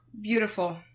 Beautiful